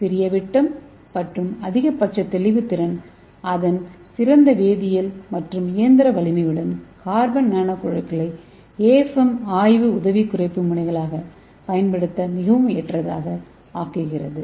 சிறிய விட்டம் மற்றும் அதிகபட்ச தெளிவுத்திறன் அதன் சிறந்த வேதியியல் மற்றும் இயந்திர வலிமையுடன் கார்பன் நானோகுழாய்களை AFM ஆய்வு உதவிக்குறிப்பு முனைகளாக பயன்படுத்த ஏற்றதாக ஆக்குகிறது